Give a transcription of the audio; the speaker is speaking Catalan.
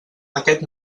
aquest